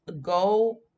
go